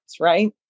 right